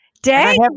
day